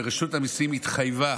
ורשות המיסים התחייבה